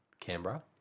Canberra